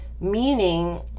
meaning